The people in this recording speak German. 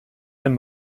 denn